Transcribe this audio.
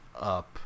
up